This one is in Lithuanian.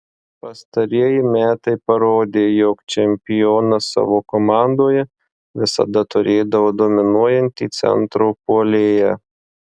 pastarieji metai parodė jog čempionas savo komandoje visada turėdavo dominuojantį centro puolėją